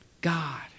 God